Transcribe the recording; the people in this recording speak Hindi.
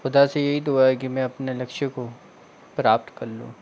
खुदा से यही दुआ है कि मैं अपने लक्ष्य को प्राप्त कर लूँ